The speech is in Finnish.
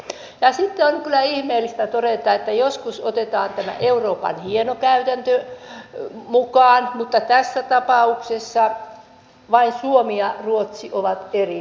sitten on kyllä ihmeellistä todeta että joskus otetaan tämä euroopan hieno käytäntö mukaan mutta tässä tapauksessa vain suomi ja ruotsi ovat eri mieltä